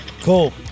cool